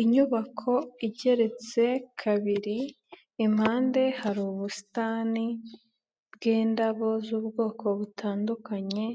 Inyubako igeretse kabiri, impande hari ubusitani bw'indabo z'ubwoko butandukanye